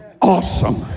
Awesome